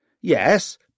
Yes